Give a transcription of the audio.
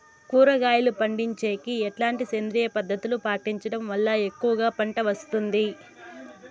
కూరగాయలు పండించేకి ఎట్లాంటి సేంద్రియ పద్ధతులు పాటించడం వల్ల ఎక్కువగా పంట వస్తుంది?